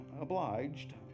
obliged